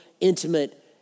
intimate